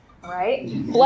right